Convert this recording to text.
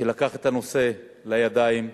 שלקח את הנושא לידיים,